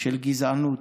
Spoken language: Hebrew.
של גזענות,